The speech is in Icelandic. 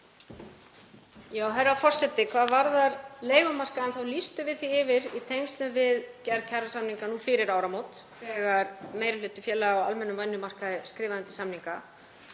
Herra forseti. Hvað varðar leigumarkaðinn þá lýstum við því yfir í tengslum við gerð kjarasamninga nú fyrir áramót, þegar meiri hluti félaga á almennum vinnumarkaði skrifaði undir samninga,